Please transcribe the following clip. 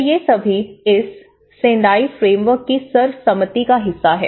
तो ये सभी इस सेंडाइ फ्रेमवर्क की सर्वसम्मति का हिस्सा हैं